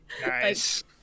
Nice